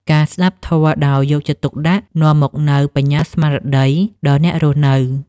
ការស្ដាប់ធម៌ដោយយកចិត្តទុកដាក់ នាំមកនូវបញ្ញាស្មារតីដល់អ្នករស់នៅ។